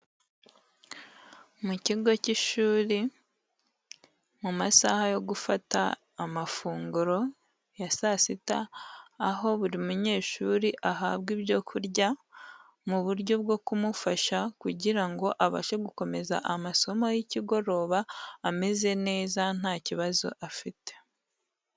Mu kigo cy'ishuri, mu masaha yo gufata amafunguro ya saa sita aho buri munyeshuri ahabwa ibyo kurya mu buryo bwo kumufasha kugira ngo abashe gukomeza amasomo y'ikigoroba ameze neza nta kibazo afite.